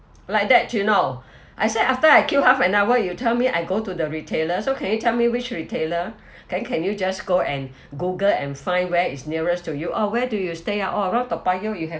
like that you know I say after I kill half an hour you tell me I go to the retailer so can you tell me which retailer then can you just go and google and find where is nearest to you oh where do you stay ah around toa payoh you have